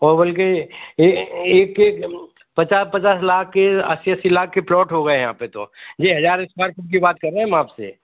और बल्कि एक एक पचास पचास लाख के अस्सी अस्सी लाख के प्लॉट हो गए यहाँ तो ये हज़ार इस्क्वायर फिट की बात कर रहें हम आप से